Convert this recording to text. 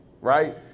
right